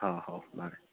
ହଁ ହଉ ବାହାରେ